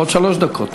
עוד שלוש דקות.